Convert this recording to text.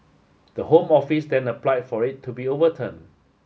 the Home Office then applied for it to be overturned